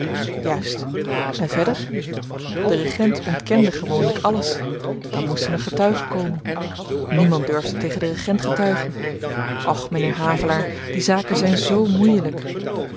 juist en verder de regent ontkende gewoonlyk alles dan moesten er getuigen komen niemand durfde tegen den regent getuigen och m'nheer havelaar die zaken zyn zoo moeielyk